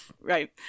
Right